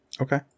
Okay